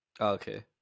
okay